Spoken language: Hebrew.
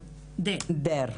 אנגלנדר.